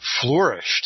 flourished